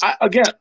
again